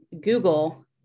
Google